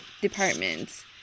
departments